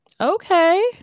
Okay